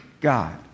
God